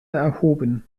erhoben